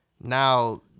now